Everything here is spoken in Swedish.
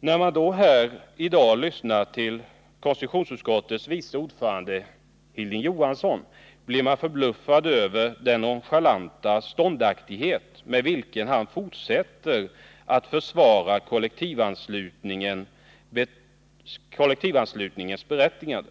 När man då här i dag lyssnar till konstitutionsutskottets vice ordförande Hilding Johansson blir man förbluffad över den nonchalanta ståndaktighet med vilken han fortsätter att försvara kollektivanslutningens berättigande.